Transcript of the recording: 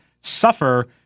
suffer